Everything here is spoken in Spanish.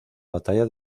batalla